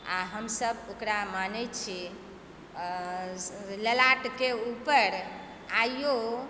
आ हमसब ओकरा मानै छी आ ललाट के ऊपर आइयो